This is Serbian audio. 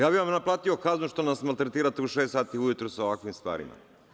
Ja bih vam naplatio kaznu što nas maltretirate u šest sati ujutru sa ovakvim stvarima.